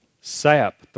sap